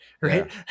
right